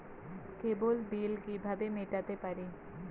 কেবল bill কিভাবে মেটাতে পারি?